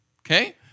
okay